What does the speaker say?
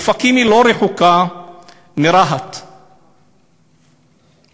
אופקים לא רחוקה מרהט, נכון?